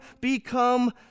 become